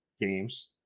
games